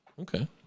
Okay